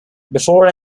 before